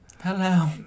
Hello